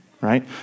right